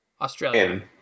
Australia